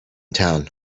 town